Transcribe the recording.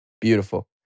Beautiful